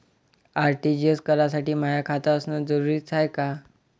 RTGS करासाठी माय खात असनं जरुरीच हाय का?